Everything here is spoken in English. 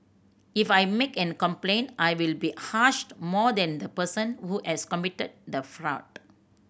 if I make a complaint I will be harassed more than the person who has committed the fraud